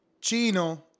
Chino